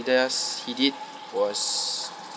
does he did was